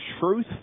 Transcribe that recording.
truth